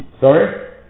sorry